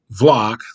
vlog